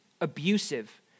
abusive